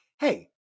Hey